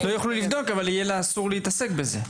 לא יוכלו לבדוק, אבל יהיה לה אסור להתעסק בזה.